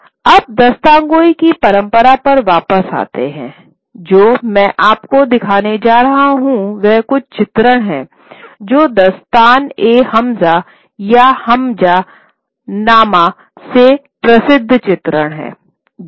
अब दास्तानगोई की परंपरा पर वापस आते हैं जो मैं आपको दिखाने जा रहा हूं वह कुछ चित्रण हैं जो दस्तान ए हमजा या हम्ज़ा हमजा नामा से प्रसिद्ध चित्र हैं